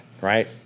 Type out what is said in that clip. right